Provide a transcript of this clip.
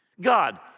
God